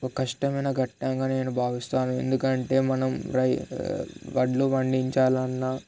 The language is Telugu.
ఒక కష్టమైన ఘట్టంగా నేను భావిస్తాను ఎందుకంటే మనం వడ్లు పండించాలన్నా